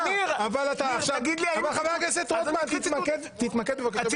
אבל, חבר הכנסת רוטמן, תתמקד בבקשה במה שאני אומר.